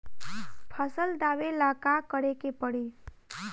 फसल दावेला का करे के परी?